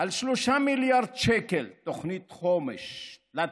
3 מיליארד שקל תוכנית תלת-שנתית,